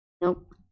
Nope